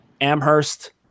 Amherst